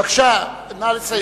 בבקשה, נא לסיים.